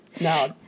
No